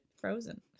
frozen